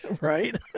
Right